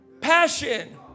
passion